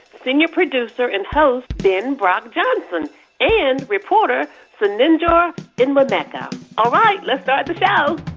senior producer and host ben brock johnson and reporter zeninjor enwemeka. all right, let's start the show